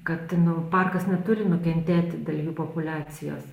kad nu parkas neturi nukentėti dėl jų populiacijos